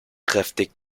kräftig